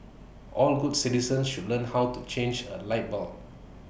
all good citizens should learn how to change A light bulb